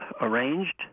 arranged